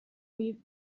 with